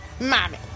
mommy